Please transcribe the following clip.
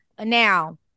Now